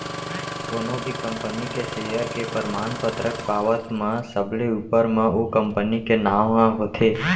कोनो भी कंपनी के सेयर के परमान पतरक पावत म सबले ऊपर म ओ कंपनी के नांव ह होथे